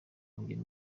kongerera